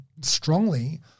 strongly